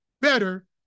better